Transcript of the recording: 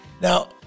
Now